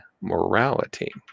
morality